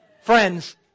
Friends